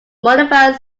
modified